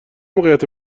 موقعیت